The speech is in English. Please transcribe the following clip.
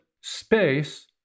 space